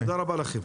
תודה.